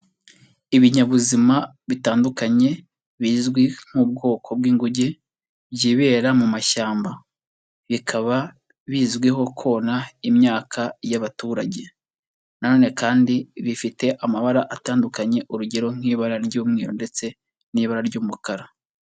Ibinyabuzima bitandukanye bizwi nk'ubwoko bw'inguge byibera mu mashyamba, bikaba bizwiho kona imyaka y'abaturage na none kandi bifite amabara atandukanye urugero nk'ibara ry'umweru ndetse n'ibara ry'umukara.